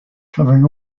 covering